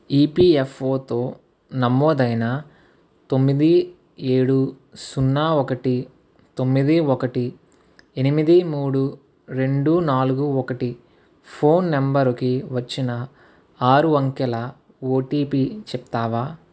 ఈపీఎఫ్ఓతో నమోదైన తొమ్మిది ఏడు సున్నా ఒకటి తొమ్మిది ఒకటి ఎనిమిది మూడు రెండు నాలుగు ఒకటి ఫోన్ నంబరు కి వచ్చిన ఆరు అంకెల ఓటీపీ చెప్తావా